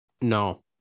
no